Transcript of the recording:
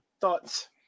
thoughts